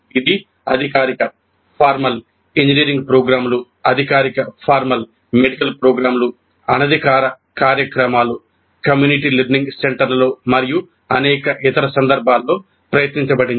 ఇది అధికారిక మెడికల్ ప్రోగ్రామ్లు అనధికారిక కార్యక్రమాలు కమ్యూనిటీ లెర్నింగ్ సెంటర్లలో మరియు అనేక ఇతర సందర్భాల్లో ప్రయత్నించబడింది